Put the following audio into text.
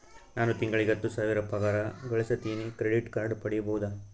ನಾನು ತಿಂಗಳಿಗೆ ಹತ್ತು ಸಾವಿರ ಪಗಾರ ಗಳಸತಿನಿ ಕ್ರೆಡಿಟ್ ಕಾರ್ಡ್ ಪಡಿಬಹುದಾ?